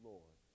Lord